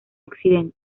occidente